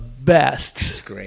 best